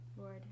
Lord